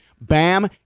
Bam